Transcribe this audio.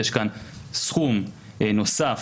יש כאן סכום נוסף.